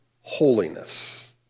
holiness